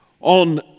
on